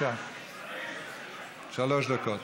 שלוש דקות.